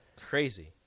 Crazy